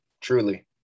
truly